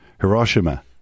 Hiroshima